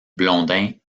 blondin